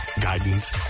guidance